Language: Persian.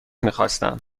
میخواستم